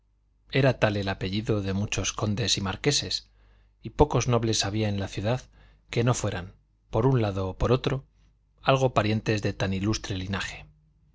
era el tal apellido de muchos condes y marqueses y pocos nobles había en la ciudad que no fueran por un lado o por otro algo parientes de tan ilustre linaje